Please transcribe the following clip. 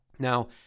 Now